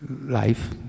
life